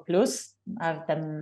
plius ar ten